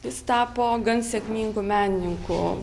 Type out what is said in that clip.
jis tapo gan sėkmingu menininku